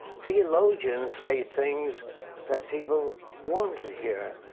theologians say things that people want to hear.